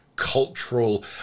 cultural